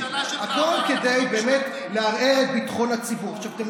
ראש הממשלה שלך אמר: אנחנו לא